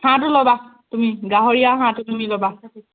হাঁহটো ল'বা তুমি গাহৰি আৰু হাঁহটো তুমি ল'বা